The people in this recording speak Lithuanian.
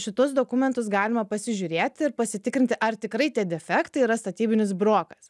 šituos dokumentus galima pasižiūrėti ir pasitikrinti ar tikrai tie defektai yra statybinis brokas